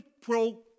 pro